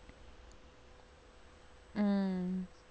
mm